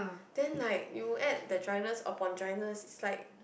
then like you add the dryness upon dryness sides